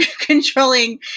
controlling